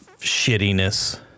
shittiness